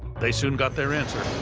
they soon got their answer.